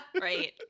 Right